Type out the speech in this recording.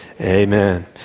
amen